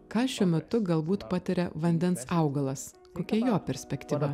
ką šiuo metu galbūt pataria vandens augalas kokia jo perspektyva